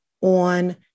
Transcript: on